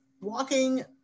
walking